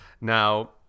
Now